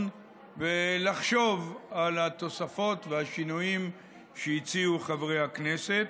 ולחשוב על התוספות והשינויים שהציעו חברי הכנסת.